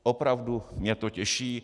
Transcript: Opravdu mě to těší.